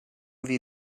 wir